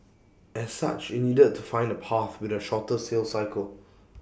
as such IT needed to find A path with A shorter sales cycle